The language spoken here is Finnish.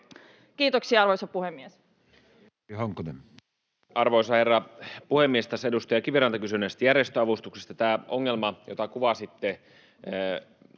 Kiitoksia, arvoisa puhemies! Edustaja Honkonen. Arvoisa herra puhemies! Tässä edustaja Kiviranta kysyi näistä järjestöavustuksista. Tämä ongelma, jota kuvasitte,